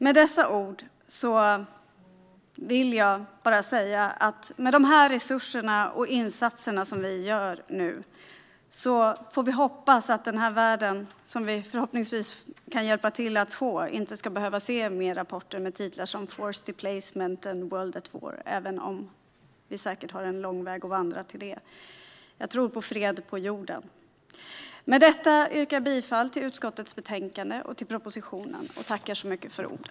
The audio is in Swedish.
Med dessa ord vill jag bara säga att vi med dessa resurser och med de insatser som vi nu gör förhoppningsvis ska hjälpa till att få en värld där vi inte ska behöva se fler rapporter med titlar som Forced Displacement och World at War , även om vi säkert har en lång väg att vandra. Jag tror på fred på jorden. Jag yrkar bifall till propositionen och till förslaget i utskottets betänkande.